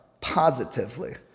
positively